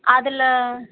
அதில்